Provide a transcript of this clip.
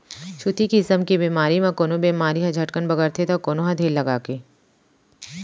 छुतही किसम के बेमारी म कोनो बेमारी ह झटकन बगरथे तौ कोनो ह धीर लगाके